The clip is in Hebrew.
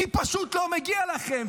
כי פשוט לא מגיע לכם.